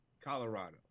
Colorado